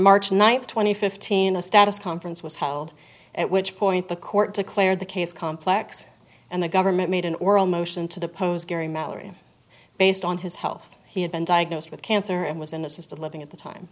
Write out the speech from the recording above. march ninth two thousand and fifteen a status conference was held at which point the court declared the case complex and the government made an oral motion to depose gary mallory based on his health he had been diagnosed with cancer and was in assisted living at the time